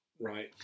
Right